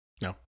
No